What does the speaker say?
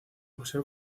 museo